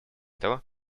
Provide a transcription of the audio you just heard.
того